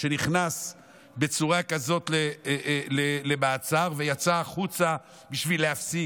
שנכנס בצורה כזאת למעצר ויצא החוצה בשביל להפסיק.